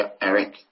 Eric